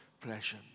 pleasure